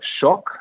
shock